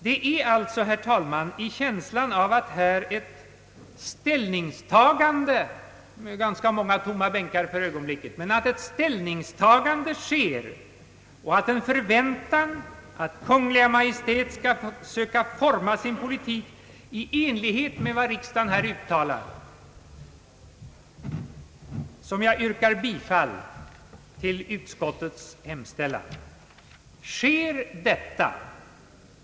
Det är alltså, herr talman, i känslan av att här — med ganska många tom ma bänkar för ögonblicket — ett ställningstagande sker och i en förväntan att Kungl. Maj:t skall söka forma sin politik i enlighet med vad riksdagen uttalar, som jag yrkar bifall till utskottets hemställan.